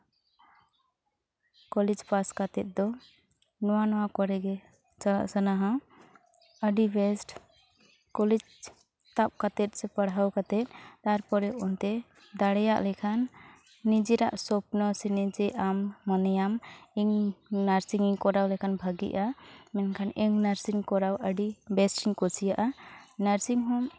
college pass ᱠᱟᱛᱮᱫ ᱫᱚ ᱱᱚᱣᱟ ᱱᱚᱣᱟ ᱠᱚᱨᱮ ᱜᱮ ᱪᱟᱞᱟᱜ ᱥᱟᱱᱟᱼᱦᱟ ᱟᱹᱰᱤ ᱵᱮᱹᱥᱴ ᱠᱚᱞᱮᱡᱽ ᱛᱟᱯ ᱠᱟᱛᱮᱫ ᱥᱮ ᱯᱟᱲᱦᱟᱣ ᱠᱟᱛᱮᱫ ᱛᱟᱨᱯᱚᱨᱮ ᱚᱱᱛᱮ ᱫᱟᱲᱮᱭᱟᱜ ᱞᱮᱠᱷᱟᱱ ᱱᱤᱡᱮᱨᱟᱜ ᱥᱚᱯᱱᱚ ᱥᱮ ᱱᱤᱡᱮ ᱟᱢ ᱢᱚᱱᱮᱭᱟᱢ ᱤᱧᱤᱧ ᱱᱟᱨᱥᱤᱝᱤᱧ ᱠᱚᱨᱟᱣ ᱞᱮᱠᱷᱟᱱ ᱵᱷᱟᱜᱮᱜᱼᱟ ᱢᱮᱱᱠᱷᱟᱱ ᱮᱢ ᱱᱟᱨᱥᱤᱝ ᱠᱚᱨᱟᱣ ᱟᱹᱰᱤ ᱵᱮᱥᱤᱧ ᱠᱩᱥᱤᱭᱟᱜᱼᱟ ᱱᱟᱨᱥᱤᱝ ᱦᱳᱢ